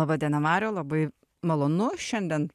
laba diena mariau labai malonu šiandien